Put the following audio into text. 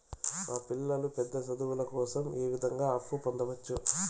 మా పిల్లలు పెద్ద చదువులు కోసం ఏ విధంగా అప్పు పొందొచ్చు?